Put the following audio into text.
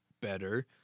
better